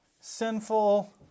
sinful